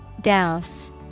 Douse